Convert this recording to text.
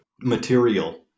material